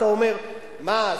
אתה אומר: מה,